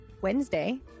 Wednesday